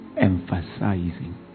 emphasizing